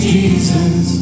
Jesus